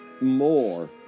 more